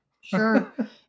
Sure